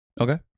Okay